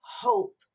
hope